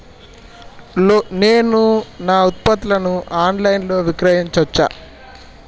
నేను నా ఉత్పత్తులను ఆన్ లైన్ లో విక్రయించచ్చా?